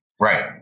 Right